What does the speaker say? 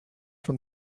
from